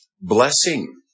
blessing